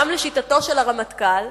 גם לשיטתו של הרמטכ"ל,